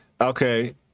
okay